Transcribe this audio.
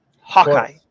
Hawkeye